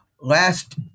Last